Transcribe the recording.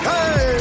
Hey